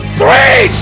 three